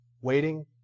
Waiting